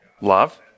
Love